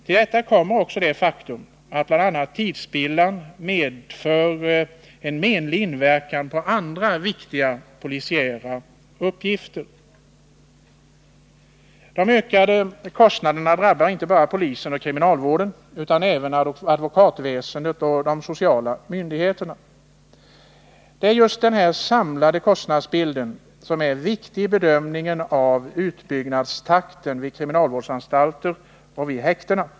Till detta kommer det faktum att bl.a. tidsspillan inverkar menligt på andra viktiga polisiära uppgifter. De ökade kostnaderna drabbar inte bara polisen och kriminalvården utan även advokatväsendet och de sociala myndigheterna. Det är just denna samlade kostnadsbild som är viktig i bedömningen av utbyggnadstakten vid kriminalvårdsanstalter och häkten.